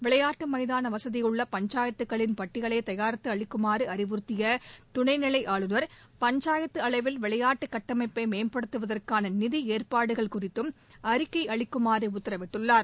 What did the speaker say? விளையாட்டுமைதானவசதிடள்ள பஞ்சாயத்துகளின் பட்டியலைதயாரித்துஅளிக்குமாறுஅறிவுறுத்தியதுணைநிலைஆளுநர் பஞ்சாயத்துஅளவில் விளையாட்டுகட்டமைப்பைமேம்படுத்துவதற்கானநிதிஏற்பாடுகள் குறித்தும் அறிக்கை அளிக்குமாறுஉத்தரவிட்டுள்ளார்